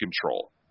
control